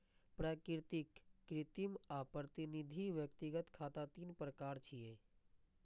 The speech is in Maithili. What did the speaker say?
प्राकृतिक, कृत्रिम आ प्रतिनिधि व्यक्तिगत खाता तीन प्रकार छियै